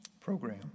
program